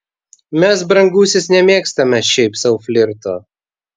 mes brangusis nemėgstame šiaip sau flirto